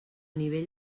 nivell